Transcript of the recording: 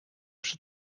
przy